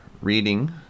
reading